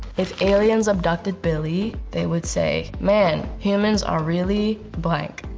if aliens abducted billie, they would say, man, humans are really, blank.